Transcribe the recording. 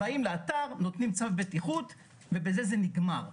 באים לאתר, נותנים צו בטיחות ובזה זה נגמר.